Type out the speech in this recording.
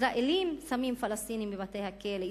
ישראלים שמים פלסטינים בבתי-הכלא,